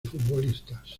futbolistas